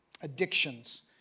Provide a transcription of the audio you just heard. addictions